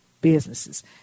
businesses